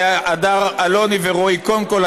להדר אלוני ורועי קונקול,